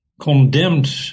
condemned